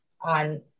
on